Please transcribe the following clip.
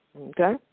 okay